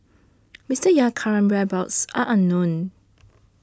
Mister Aye's current whereabouts are unknown